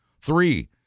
Three